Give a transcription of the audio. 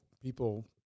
people